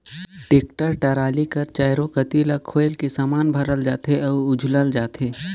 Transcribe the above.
tractor trolley कर चाएरो कती ल खोएल के समान भरल जाथे अउ उझलल जाथे